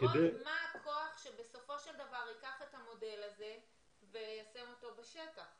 לראות מה הכוח שבסופו של דבר ייקח את המודל הזה ויישם אותו בשטח.